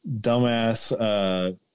dumbass